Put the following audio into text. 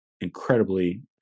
incredibly